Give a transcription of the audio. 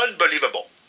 unbelievable